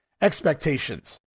expectations